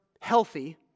healthy